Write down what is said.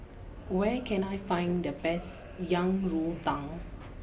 where can I find the best Yang you Tang